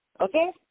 Okay